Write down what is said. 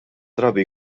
drabi